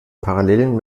parallelen